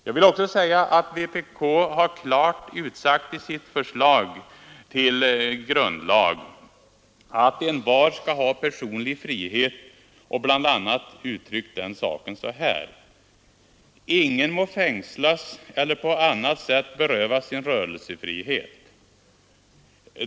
Jag vill också säga att vpk har klart utsagt i sitt förslag till grundlag att envar skall ha personlig frihet. Vi har bl.a. uttryckt den saken så här: ”Ingen må fängslas eller på annat sätt berövas sin rörelsefrihet”.